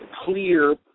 clear